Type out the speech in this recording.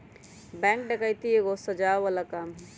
bank डकैती एगो सजाओ बला काम हई